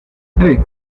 hey